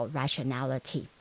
rationality